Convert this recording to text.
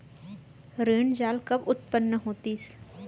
ऋण जाल कब उत्पन्न होतिस?